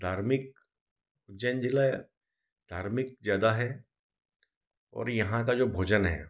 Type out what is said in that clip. धार्मिक उज्जैन जिला धार्मिक ज़्यादा है और यहाँ का जो भोजन है